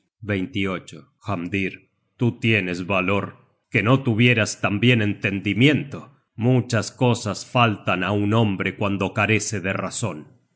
hamdir tú tienes valor que no tuvieras tambien entendimiento muchas cosas faltan á un hombre cuando carece de razon